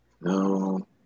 No